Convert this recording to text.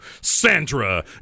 Sandra